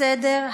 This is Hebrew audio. שמספרן 461,